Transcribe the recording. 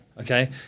Okay